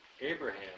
Abraham